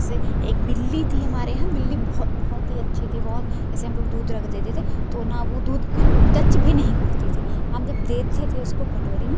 जैसे एक बिल्ली थी हमारे यहाँ बिल्ली बहुत बहुत ही अच्छी थी बहुत जैसे हम लोग दूध रख देते थे तो न वो दूध को टच भी नहीं करती थी हम जब देते थे उसको कटोरी में